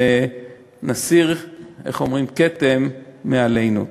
ונסיר כתם מעלינו.